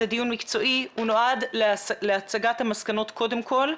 זה דיון מקצועי הוא נועד להצגת המסקנות קודם כל,